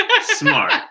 smart